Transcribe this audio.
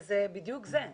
זה בדיוק זה.